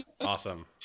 Awesome